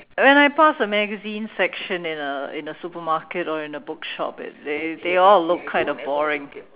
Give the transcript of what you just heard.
when I pass the magazine section in a in a supermarket or in a bookshop it they they all look kind of boring